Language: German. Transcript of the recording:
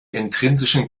intrinsischen